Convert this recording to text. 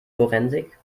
forensik